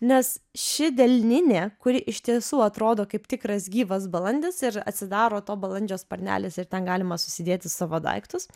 nes ši delninė kuri iš tiesų atrodo kaip tikras gyvas balandis ir atsidaro to balandžio sparnelis ir ten galima susidėti savo daiktus